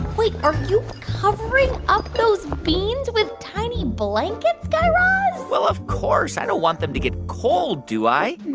wait. are you covering up those beans with tiny blankets, guy raz? well, of course. i don't want them to get cold, do i?